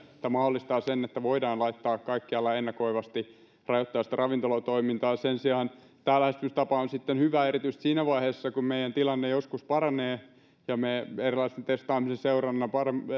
ja tämä mahdollistaa sen että voidaan kaikkialla ennakoivasti rajoittaa ravintolatoimintaa sen sijaan tämä lähestymistapa on hyvä erityisesti siinä vaiheessa kun meidän tilanne joskus paranee ja me erilaisen testaamisen ja seurannan